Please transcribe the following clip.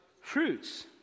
fruits